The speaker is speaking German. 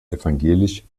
evangelisch